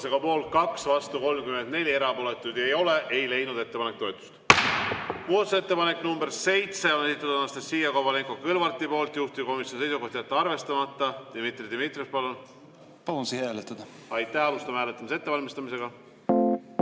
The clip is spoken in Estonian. Palun seda hääletada.